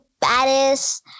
Paris